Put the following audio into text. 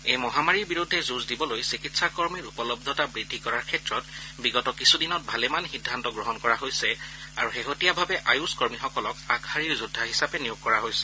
এই মহামাৰীৰ বিৰুদ্ধে যুঁজ দিবলৈ চিকিৎসাকৰ্মীৰ উপলব্ধতাৰ বুদ্ধি কৰাৰ ক্ষেত্ৰত বিগত কিছুদিনত ভালেমান সিদ্ধান্ত গ্ৰহণ কৰা হৈছে আৰু শেহতীয়াভাৱে আয়ূষ কৰ্মীসকলক আগশাৰীৰ যোদ্ধা হিচাপে নিয়োগ কৰা হৈছে